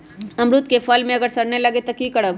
अमरुद क फल म अगर सरने लगे तब की करब?